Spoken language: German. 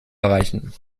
erreichen